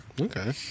Okay